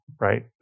right